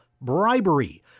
bribery